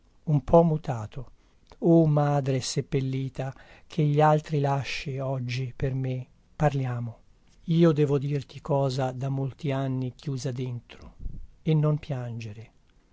madre seppellita che gli altri lasci oggi per me parliamo io devo dirti cosa da molti anni chiusa dentro e non piangere